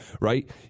right